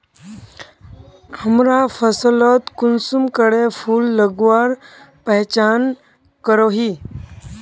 हमरा फसलोत कुंसम करे फूल लगवार पहचान करो ही?